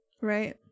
Right